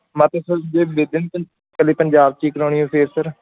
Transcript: ਪੰਜਾਬ 'ਚ ਕਰਵਾਉਣੀ ਹੋਵੇ ਫਿਰ ਸਰ